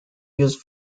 used